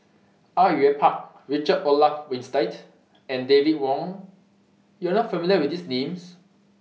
Au Yue Pak Richard Olaf Winstedt and David Wong YOU Are not familiar with These Names